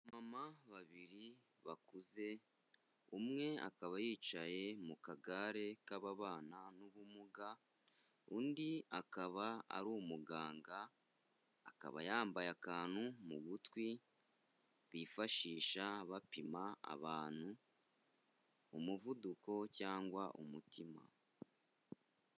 Abamama babiri bakuze, umwe akaba yicaye mu kagare k'ababana n'ubumuga, undi akaba ari umuganga akaba yambaye akantu mu gutwi bifashisha bapima abantu umuvuduko cyangwa umutima.